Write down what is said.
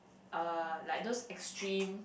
uh like those extreme